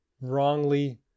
wrongly